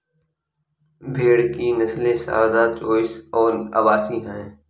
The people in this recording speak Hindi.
भेड़ की नस्लें सारदा, चोइस और अवासी हैं